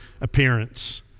appearance